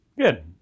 Good